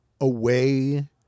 away